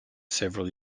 several